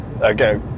Okay